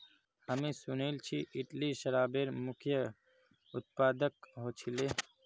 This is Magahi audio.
हामी सुनिल छि इटली शराबेर मुख्य उत्पादक ह छिले